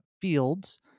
fields